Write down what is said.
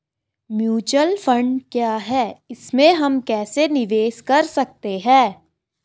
Mutual fund क्या है इसमें हम कैसे निवेश कर सकते हैं?